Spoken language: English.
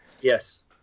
yes